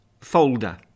folder